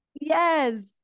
yes